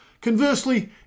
Conversely